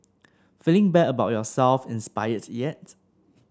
feeling bad about yourself inspired yet